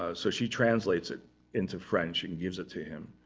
ah so she translates it into french, and gives it to him.